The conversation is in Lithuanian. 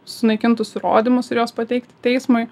sunaikintus įrodymus ir juos pateikti teismui